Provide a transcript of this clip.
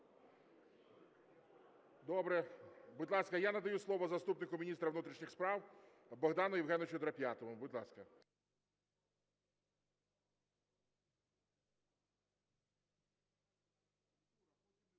Добре. Будь ласка, я надаю слово заступнику міністра внутрішніх справ Богдану Євгеновичу Драп'ятому. Будь ласка.